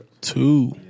Two